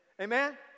Amen